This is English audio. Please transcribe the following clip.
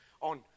on